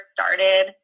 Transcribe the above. started